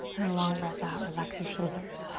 long breath out, relax your shoulders.